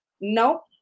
Nope